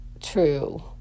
true